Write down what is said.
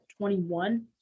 21